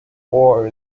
oar